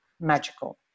magical